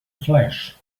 flash